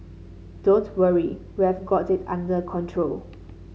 don't worry we've got it under control